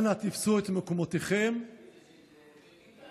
להסיר את ההסתייגויות, בשביל ביטן.